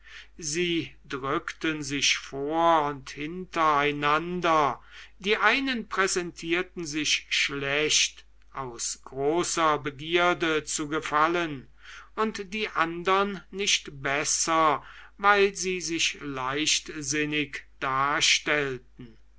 sie drückten sich vor und hintereinander die einen präsentierten sich schlecht aus großer begierde zu gefallen und die andern nicht besser weil sie sich leichtsinnig darstellten